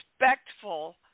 respectful